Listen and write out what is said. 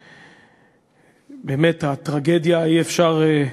באמת, הטרגדיה, אי-אפשר,